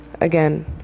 Again